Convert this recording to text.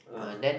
uh then